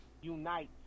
unite